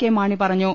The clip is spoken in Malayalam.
കെ മാണി പറഞ്ഞു